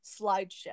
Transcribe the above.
slideshow